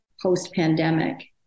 post-pandemic